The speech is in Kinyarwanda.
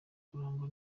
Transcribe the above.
kurangwa